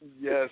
Yes